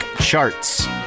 charts